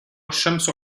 الشمس